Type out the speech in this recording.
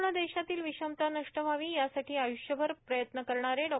संपूण देशातील र्विषमता नष्ट व्हावी यासाठी आयुष्यभर प्रयत्न करणारे डॉ